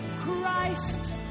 Christ